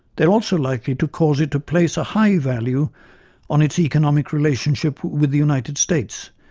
they are also likely to cause it to place a high value on its economic relationship with the united states,